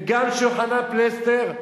וגם של יוחנן פלסנר,